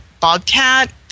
bobcat